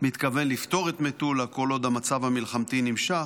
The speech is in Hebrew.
מתכוון לפטור את מטולה כל עוד המצב המלחמתי נמשך.